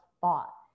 thought